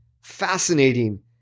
fascinating